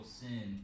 sin